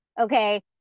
okay